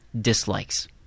dislikes